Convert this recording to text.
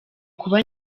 kuba